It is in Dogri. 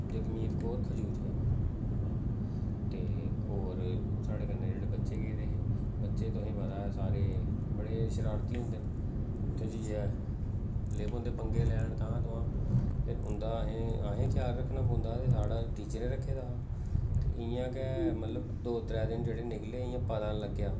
जगमीत कौर खजूरिया ते होर साढ़े कन्नै जेह्ड़े बच्चे गेदे हे बच्चे तुसें सारें ई पता ऐ के बड़े शरारती होंदे न उत्थै जाइयै लग्गी पौंदे पंगे लैन तांह् तुआंह् ते उं'दा अहें अहें ख्याल रक्खना पौंदा ते साढ़ा टीचरें रक्खेआ दा हा ते इ'यां गै मतलब दो त्रै दिन जेह्ड़े निकले पता निं लग्गेआ